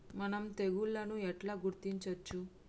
మనం తెగుళ్లను ఎట్లా గుర్తించచ్చు?